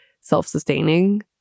self-sustaining